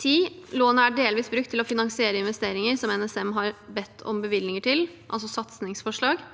10. Lånet er delvis brukt til å finansiere investeringer som NSM har bedt om bevilgninger til, altså satsingsforslag.